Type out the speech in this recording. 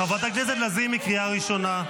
חברת הכנסת לזימי, קריאה ראשונה.